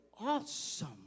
awesome